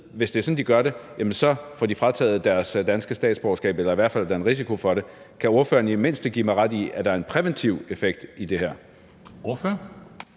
hvis det er sådan, at de gør det, jamen så får de frataget deres danske statsborgerskab eller i hvert fald løber en risiko for det? Kan ordføreren i det mindste give mig ret i, at der er en præventiv effekt i det her? Kl.